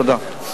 תודה.